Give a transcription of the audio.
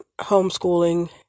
homeschooling